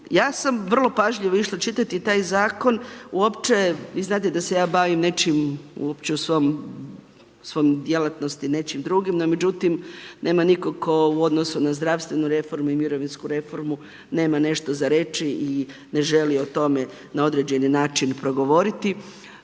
Ja sam vrlo pažljivo išla čitati taj zakon uopće, vi znate da se ja bavim nečim, uopće u svom, svojoj djelatnosti nečim drugim, no međutim nema nikog tko u odnosu na zdravstvenu reformu i mirovinsku reformu nema nešto za reći i ne želi o tome na određeni način progovoriti.